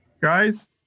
Guys